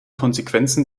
konsequenzen